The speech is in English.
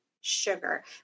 sugar